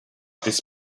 this